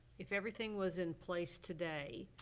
if everything was in place today